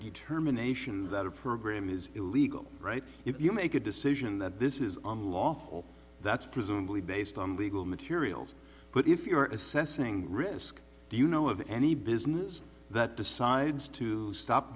determination that a program is illegal right if you make a decision that this is unlawful that's presumably based on legal materials but if you're assessing risk do you know of any business that decides to stop